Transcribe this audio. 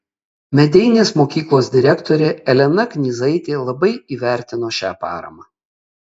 medeinės mokyklos direktorė elena knyzaitė labai įvertino šią paramą